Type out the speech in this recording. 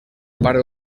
part